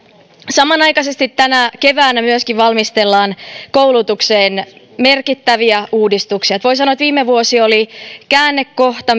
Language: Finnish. samanaikaisesti tänä keväänä myöskin valmistellaan koulutukseen merkittäviä uudistuksia voi sanoa että viime vuosi oli käännekohta